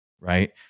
Right